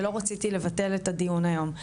ולא רציתי לבטל את הדיון היום,